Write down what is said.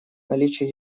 наличие